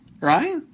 Right